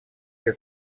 для